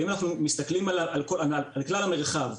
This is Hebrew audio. אם אנחנו מסתכלים על כלל המרחב,